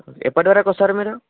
ఎప్పటి వరకు వస్తారు మీరు